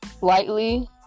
lightly